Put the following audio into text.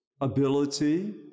ability